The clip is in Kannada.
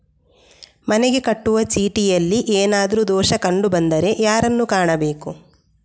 ಮನೆಗೆ ಕಟ್ಟುವ ಚೀಟಿಯಲ್ಲಿ ಏನಾದ್ರು ದೋಷ ಕಂಡು ಬಂದರೆ ಯಾರನ್ನು ಕಾಣಬೇಕು?